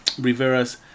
Rivera's